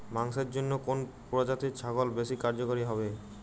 মাংসের জন্য কোন প্রজাতির ছাগল বেশি কার্যকরী হবে?